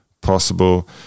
possible